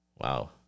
Wow